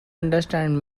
understand